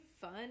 fun